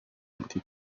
empty